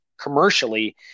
commercially